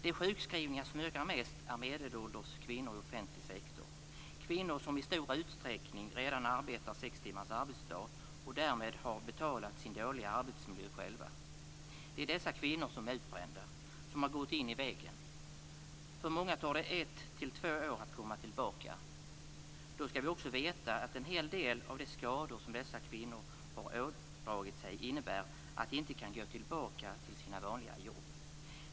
De sjukskrivningar som ökar mest gäller medelålders kvinnor i offentlig sektor, kvinnor som i stor utsträckning redan arbetar sex timmars arbetsdag och därmed har betalat sin dåliga arbetsmiljö själva. Det är dessa kvinnor som är utbrända, som har gått in i väggen. För många tar det ett till två år att komma tillbaka. Vi ska också veta att en hel del av de skador som dessa kvinnor har ådragit sig innebär att de inte kan gå tillbaka till sina vanliga jobb.